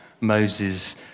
Moses